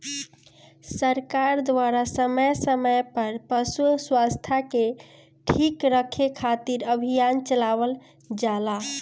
सरकार द्वारा समय समय पर पशु स्वास्थ्य के ठीक रखे खातिर अभियान चलावल जाला